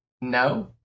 no